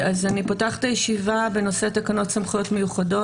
אני פותחת את הישיבה בנושא: תקנות סמכויות מיוחדות